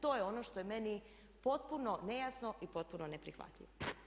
To je ono što je meni potpuno nejasno i potpuno neprihvatljivo.